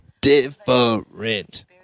Different